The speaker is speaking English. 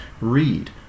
Read